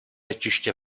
letiště